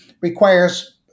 requires